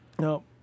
No